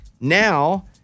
Now